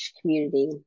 community